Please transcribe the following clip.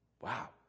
Wow